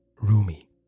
Rumi